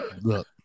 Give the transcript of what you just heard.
Look